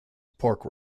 pork